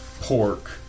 pork